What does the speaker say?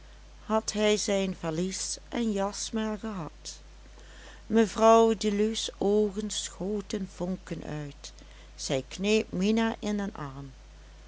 had hij zijn valies en jas maar gehad mevrouw deluws oogen schoten vonken uit zij kneep mina in den arm